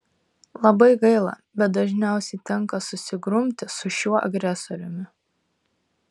labai gaila bet dažniausiai tenka susigrumti su šiuo agresoriumi